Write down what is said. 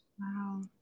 Wow